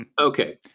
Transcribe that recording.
Okay